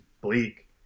bleak